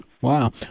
Wow